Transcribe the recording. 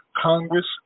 congress